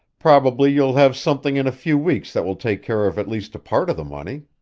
probably you'll have something in a few weeks that will take care of at least a part of the money.